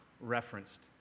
referenced